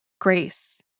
Grace